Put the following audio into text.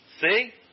See